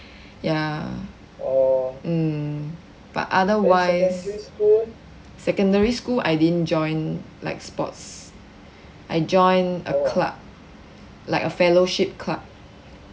ya mm but otherwise secondary school I didn't join like sports I join a club like a fellowship club